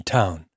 town